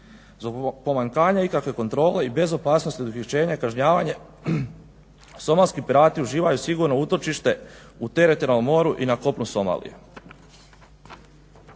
Zbog pomanjkanja ikakve kontrole i bez opasnosti od uhićenja, kažnjavanja, somalski pirati uživaju sigurno utočište u teritorijalnom moru i na kopnu Somalije.